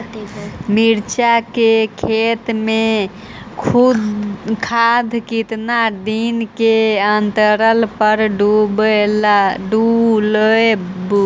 मिरचा के खेत मे खाद कितना दीन के अनतराल पर डालेबु?